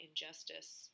injustice